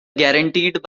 guaranteed